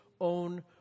own